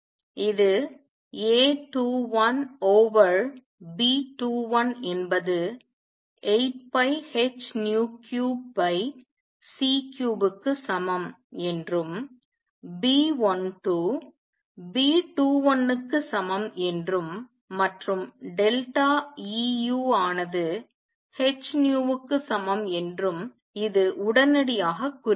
இது A21 over B21 என்பது 8πh3c3க்கு சமம் என்றும் B12 B21 க்கு சமம் என்றும் மற்றும் டெல்டா E u ஆனது h க்கு சமம் என்றும் இது உடனடியாக குறிக்கிறது